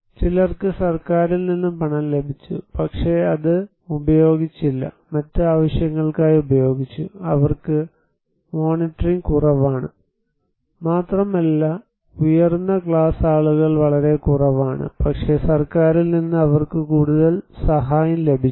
ചിലർക്ക് സർക്കാരിൽ നിന്ന് പണം ലഭിച്ചു പക്ഷേ അത് ഉപയോഗിച്ചില്ല മറ്റ് ആവശ്യങ്ങൾക്കായി ഉപയോഗിച്ചു അവർക്ക് മോണിറ്ററിംഗ് കുറവാണ് മാത്രമല്ല ഉയർന്ന ക്ലാസ് ആളുകൾ വളരെ കുറവാണ് പക്ഷേ സർക്കാരിൽ നിന്ന് അവർക്ക് കൂടുതൽ സഹായം ലഭിക്കുന്നു